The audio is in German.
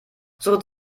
suche